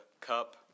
cup